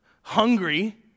hungry